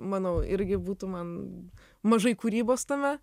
manau irgi būtų man mažai kūrybos tame